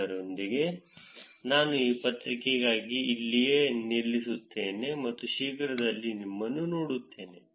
ಅದರೊಂದಿಗೆ ನಾನು ಈ ಪತ್ರಿಕೆಗಾಗಿ ಇಲ್ಲಿಗೆ ನಿಲ್ಲಿಸುತ್ತೇನೆ ಮತ್ತು ಶೀಘ್ರದಲ್ಲೇ ನಿಮ್ಮನ್ನು ನೋಡುತ್ತೇನೆ